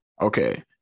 okay